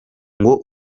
ngo